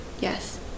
yes